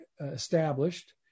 established